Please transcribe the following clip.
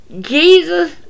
Jesus